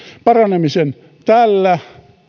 paranemisen tällä